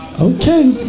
Okay